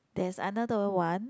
there's another one